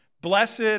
Blessed